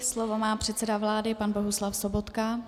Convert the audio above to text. Slovo má předseda vlády pan Bohuslav Sobotka.